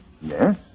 Yes